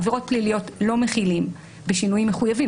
עבירות פליליות לא מחילים בשינויים מחויבים,